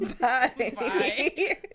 Bye